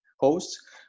hosts